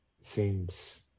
seems